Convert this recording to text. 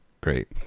Great